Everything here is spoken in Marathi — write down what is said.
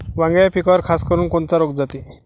वांग्याच्या पिकावर खासकरुन कोनचा रोग जाते?